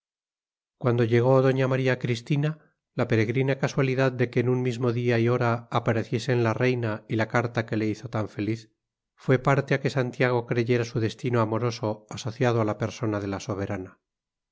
cuando llegó doña maría cristina la peregrina casualidad de que en un mismo día y hora apareciesen la reina y la carta que le hizo tan feliz fue parte a que santiago creyera su destino amoroso asociado a la persona de la soberana